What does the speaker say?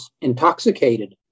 intoxicated